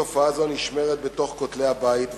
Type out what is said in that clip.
תופעה זו נשמרת בין כותלי הבית,